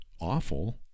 awful